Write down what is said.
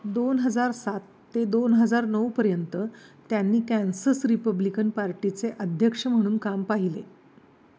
दोन हजार सात ते दोन हजार नऊपर्यंत त्यांनी कॅन्सस रिपब्लिकन पार्टीचे अध्यक्ष म्हणून काम पाहिले